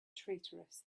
traitorous